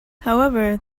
however